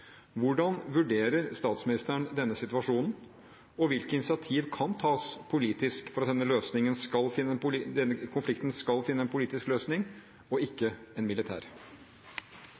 Hvordan vurderer statsministeren denne situasjonen, og hvilke initiativ kan tas politisk for at denne konflikten skal finne en politisk løsning, og ikke en militær?